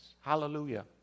Hallelujah